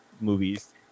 movies